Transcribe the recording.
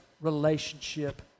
relationship